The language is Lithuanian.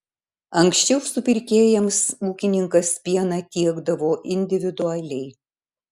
anksčiau supirkėjams ūkininkas pieną tiekdavo individualiai